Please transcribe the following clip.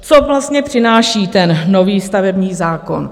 Co vlastně přináší nový stavební zákon?